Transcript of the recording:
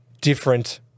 different